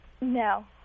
No